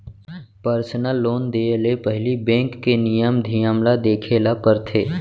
personal loan देय ले पहिली बेंक के नियम धियम ल देखे ल परथे